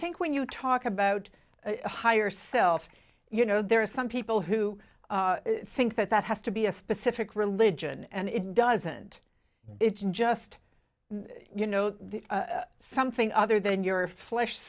think when you talk about higher self you know there are some people who i think that that has to be a specific religion and it doesn't it's just you know the something other than your flesh